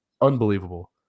unbelievable